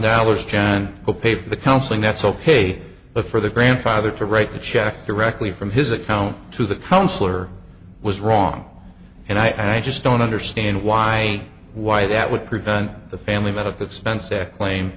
for the counseling that's ok but for the grandfather to write the check directly from his account to the counselor was wrong and i just don't understand why why that would prevent the family medical expense a claim